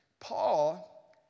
Paul